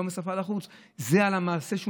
לא מהשפה אל החוץ אלא על המעשה,